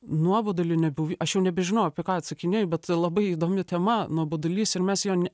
nuoboduliu nebuv aš jau nebežinau apie ką atsakinėju bet labai įdomi tema nuobodulys ir mes jo ne